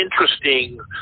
interesting